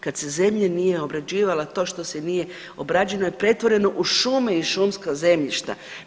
Kad se zemlja nije obrađivala to što se nije obrađeno i pretvoreno u šume i šumska zemljišta.